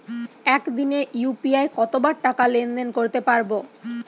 একদিনে ইউ.পি.আই কতবার টাকা লেনদেন করতে পারব?